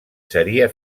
seria